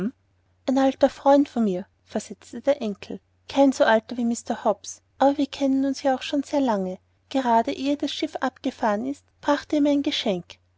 alter freund von mir versetzte der enkel kein so alter wie mr hobbs aber wir kennen uns auch schon sehr lange gerade ehe das schiff abgefahren ist brachte er mir ein geschenk